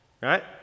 right